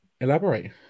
elaborate